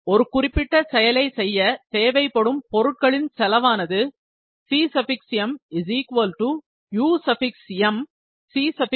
ஒரு குறிப்பிட்ட செயலை செய்ய தேவைப்படும் பொருட்களின் செலவானது CM UM CM